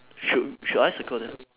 should should I circle that